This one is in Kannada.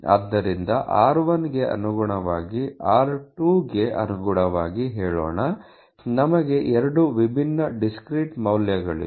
ಆದ್ದರಿಂದ r1 ಗೆ ಅನುಗುಣವಾಗಿ r2 ಗೆ ಅನುಗುಣವಾಗಿ ಹೇಳೋಣ ನಮಗೆ 2 ವಿಭಿನ್ನ ಡಿಸ್ಕ್ರೀಟ್ ಮೌಲ್ಯಗಳಿವೆ